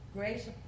Grace